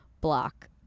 block